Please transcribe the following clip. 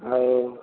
ଆଉ